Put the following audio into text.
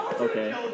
Okay